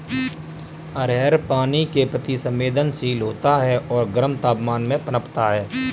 अरहर पानी के प्रति संवेदनशील होता है और गर्म तापमान में पनपता है